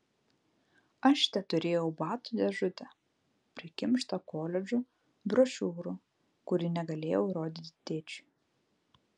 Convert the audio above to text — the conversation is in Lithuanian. aš teturėjau batų dėžutę prikimštą koledžų brošiūrų kurių negalėjau rodyti tėčiui